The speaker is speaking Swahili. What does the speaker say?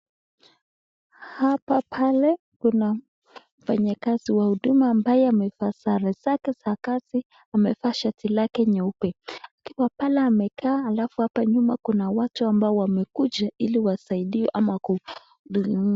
Hapa pale kuna mfanyi kazi wa huduma ambaye amevaa sare zake za kazi, amevaa shati lake nyeupe, akiwa pale amekaa alafu hapa nyuma kuna watu ambao wamekuja ili wasaidiwe ama ku.